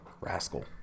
Rascal